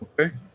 Okay